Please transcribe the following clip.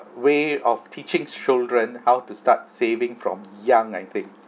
way of teaching children how to start saving from young I think